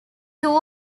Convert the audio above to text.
two